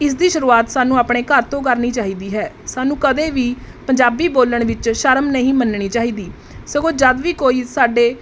ਇਸ ਦੀ ਸ਼ੁਰੂਆਤ ਸਾਨੂੰ ਆਪਣੇ ਘਰ ਤੋਂ ਕਰਨੀ ਚਾਹੀਦੀ ਹੈ ਸਾਨੂੰ ਕਦੇ ਵੀ ਪੰਜਾਬੀ ਬੋਲਣ ਵਿੱਚ ਸ਼ਰਮ ਨਹੀਂ ਮੰਨਣੀ ਚਾਹੀਦੀ ਸਗੋਂ ਜਦ ਵੀ ਕੋਈ ਸਾਡੇ